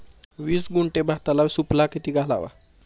वीस गुंठे भाताला सुफला किती घालावा?